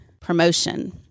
promotion